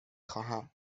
خواهم